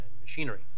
machinery